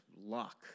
luck